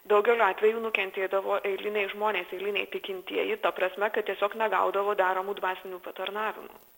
daugeliu atvejų nukentėdavo eiliniai žmonės eiliniai tikintieji ta prasme kad tiesiog negaudavo deramų dvasinių patarnavimų